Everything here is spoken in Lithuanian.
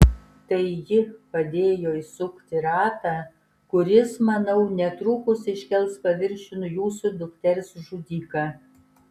tai ji padėjo įsukti ratą kuris manau netrukus iškels paviršiun jūsų dukters žudiką